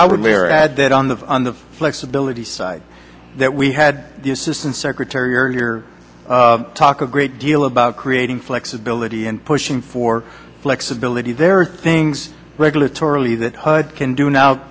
i would marry add that on the on the flexibility side that we had the assistant secretary or talk a great deal about creating flexibility and pushing for flexibility there are things regulatory that hud can do now